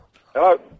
Hello